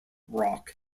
rock